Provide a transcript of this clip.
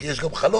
כי יש גם חלון,